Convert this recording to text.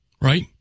right